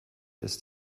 ist